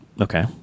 Okay